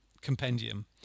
compendium